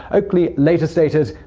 oakley later stated,